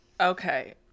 Okay